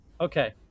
okay